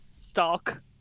stalk